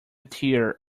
tear